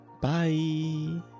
bye